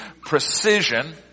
precision